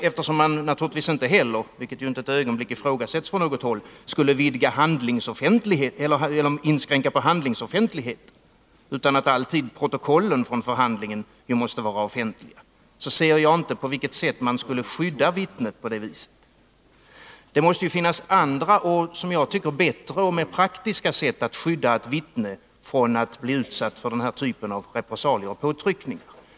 Eftersom man naturligtvis inte heller — vilket inte ett ögonblick har ifrågasatts på något håll — skulle inskränka handlingsoffentligheten och protokollen från förhandlingarna alltså är offentliga, kan jag inte se på vilket sätt man med detta skulle kunna skydda vittnet. Jag tycker att det måste finnas andra, bättre och mer praktiska sätt att skydda ett vittne från att bli utsatt för denna typ av repressalier och påtryckningar.